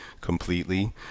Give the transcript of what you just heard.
completely